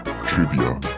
trivia